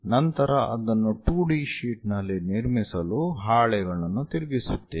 ನಂತರ ಅದನ್ನು 2D sheet ನಲ್ಲಿ ನಿರ್ಮಿಸಲು ಹಾಳೆಗಳನ್ನು ತಿರುಗಿಸುತ್ತೇವೆ